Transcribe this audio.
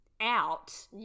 out